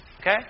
Okay